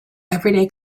everyday